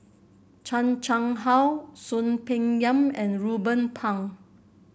Chan Chang How Soon Peng Yam and Ruben Pang